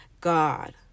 God